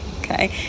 okay